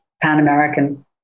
Pan-American